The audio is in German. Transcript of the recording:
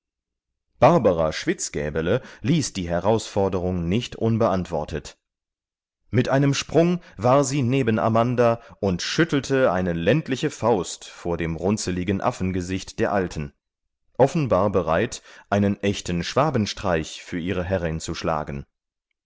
barbara schwitzgäbele ließ die herausforderung nicht unbeantwortet mit einem sprung war sie neben amanda und schüttelte eine ländliche faust vor dem runzeligen affengesicht der alten offenbar bereit einen echten schwabenstreich für ihre herrin zu schlagen